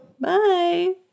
Bye